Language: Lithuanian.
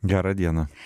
gera diena